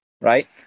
right